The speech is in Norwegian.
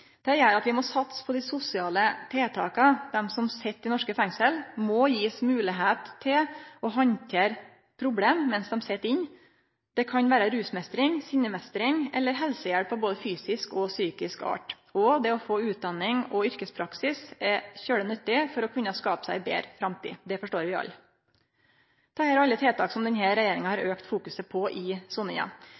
det gjer at vi må satse på dei sosiale tiltaka. Dei som sit i norske fengsel, må bli gjeve ei moglegheit til å handtere problem mens dei sit inne. Det kan vere rusmeistring, sinnemeistring eller helsehjelp av både fysisk og psykisk art, og det å få utdanning og yrkespraksis er veldig nyttig for å kunne skape seg ei betre framtid. Det forstår vi alle. Alt dette er tiltak som denne regjeringa har auka fokuset på i